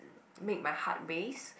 make my heart race